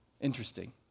Interesting